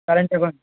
current account